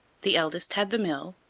the eldest had the mill,